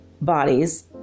bodies